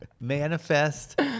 Manifest